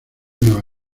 nueva